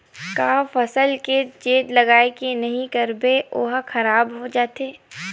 का फसल के चेत लगय के नहीं करबे ओहा खराब हो जाथे?